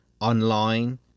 online